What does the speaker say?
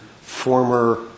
former